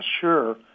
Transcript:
sure